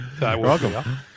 Welcome